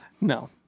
No